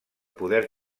poder